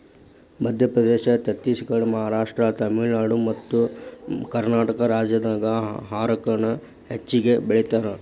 ಮಧ್ಯಪ್ರದೇಶ, ಛತ್ತೇಸಗಡ, ಮಹಾರಾಷ್ಟ್ರ, ತಮಿಳುನಾಡು ಮತ್ತಕರ್ನಾಟಕ ರಾಜ್ಯದಾಗ ಹಾರಕ ನ ಹೆಚ್ಚಗಿ ಬೆಳೇತಾರ